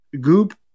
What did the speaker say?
Goop